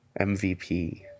MVP